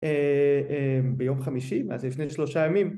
ביום חמישי אז ישנן שלושה ימים